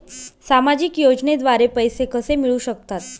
सामाजिक योजनेद्वारे पैसे कसे मिळू शकतात?